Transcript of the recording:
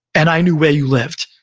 and i knew where you lived,